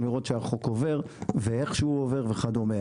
לראות שהחוק עובר ואיך הוא עובר וכדומה.